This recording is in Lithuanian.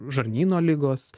žarnyno ligos